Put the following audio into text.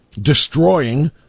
destroying